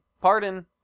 pardon